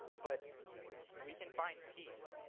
but we can find peace